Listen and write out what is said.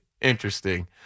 Interesting